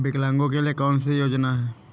विकलांगों के लिए कौन कौनसी योजना है?